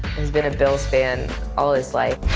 has been a bills' fan all his life.